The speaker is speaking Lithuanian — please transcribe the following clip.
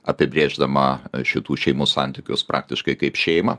apibrėždama šitų šeimų santykius praktiškai kaip šeimą